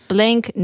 Blank